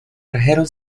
trajeron